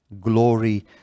glory